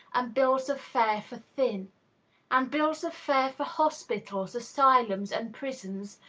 and bills of fare for thin and bills of fare for hospitals, asylums, and prisons,